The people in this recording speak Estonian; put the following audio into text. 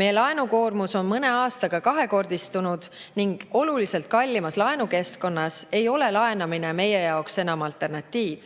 Meie laenukoormus on mõne aastaga kahekordistunud ning oluliselt kallimas laenukeskkonnas ei ole laenamine meie jaoks enam alternatiiv.